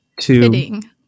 fitting